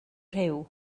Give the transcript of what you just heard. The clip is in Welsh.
rhyw